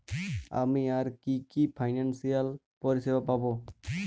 আমি আর কি কি ফিনান্সসিয়াল পরিষেবা পাব?